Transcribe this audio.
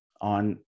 on